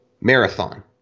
marathon